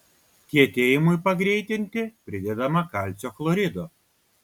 kietėjimui pagreitinti pridedama kalcio chlorido